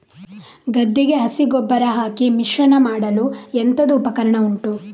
ಗದ್ದೆಗೆ ಹಸಿ ಗೊಬ್ಬರ ಹಾಕಿ ಮಿಶ್ರಣ ಮಾಡಲು ಎಂತದು ಉಪಕರಣ ಉಂಟು?